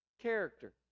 Character